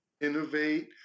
innovate